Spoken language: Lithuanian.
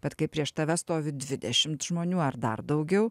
bet kai prieš tave stovi dvidešimt žmonių ar dar daugiau